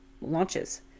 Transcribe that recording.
launches